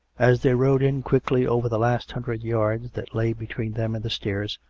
as they rowed in quickly over the last hundred yards that lay between them and the stairs,